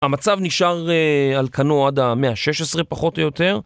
המצב נשאר על כנו עד המאה השש עשרה פחות או יותר.